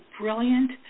brilliant